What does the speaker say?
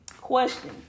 Question